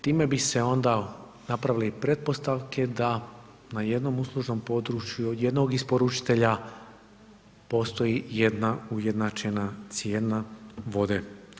Time bi se onda napravile i pretpostavke da na jednom uslužnom području jednog isporučitelja postoji jedna ujednačena cijena vode.